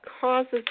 causes